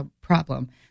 problem